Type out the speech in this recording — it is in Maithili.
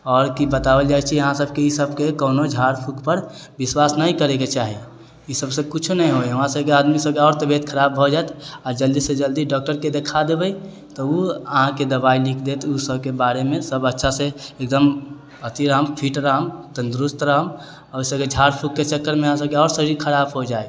आओर किछु बताबै चाहे छी अहाँ सभके कोनो झाड़ फूख पर विश्वास नहि करैके चाही ईसभसँ कुछौ नहि होइया हमरा सभके आदमी सभके आओर तबियत खराब भऽ जाइत आ जल्दीसँ जल्दी डॉक्टर के देखा देबै तऽ ओ अहाँके दवाइ लिख देत उसभके बारेमे सभ अच्छासँ एकदम अथि हम फिट रहब तंदरुस्त रहब आओर झाड़ फूखके चक्करमे अहाँ सभके आओर शरीर खराब हो जाइत